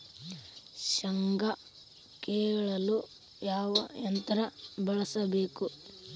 ಶೇಂಗಾ ಕೇಳಲು ಯಾವ ಯಂತ್ರ ಬಳಸಬೇಕು?